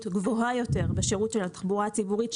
גבוהה יותר בשירות של התחבורה הציבורית,